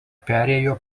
perėjo